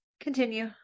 Continue